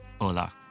Hola